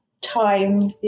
time